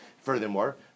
Furthermore